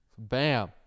Bam